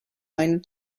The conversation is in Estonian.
ainult